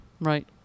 Right